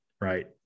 right